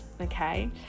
Okay